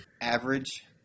Average